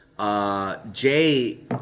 Jay